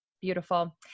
Beautiful